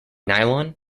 nylon